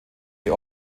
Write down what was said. die